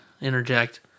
interject